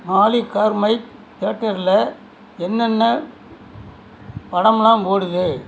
ஆலி கார்மைக் தியேட்டர்ல என்னென்ன படமெலாம் ஓடுது